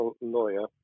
lawyer